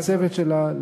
לצוות שלה,